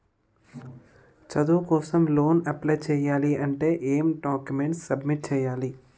చదువు కోసం loan apply చేయాలి అంటే ఎం డాక్యుమెంట్స్ సబ్మిట్ చేయాలి?